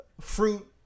fruit